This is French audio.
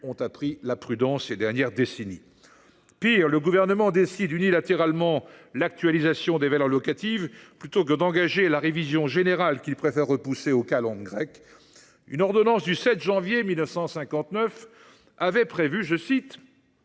appris la prudence… Très bien ! Pire, le Gouvernement décide unilatéralement d’actualiser des valeurs locatives plutôt que d’engager la révision générale, qu’il préfère repousser aux calendes grecques. Une ordonnance du 7 janvier 1959 avait prévu :